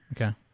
Okay